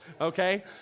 okay